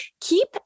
keep